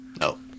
No